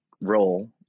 role